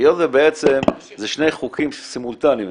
היות שזה שני חוקים סימולטניים,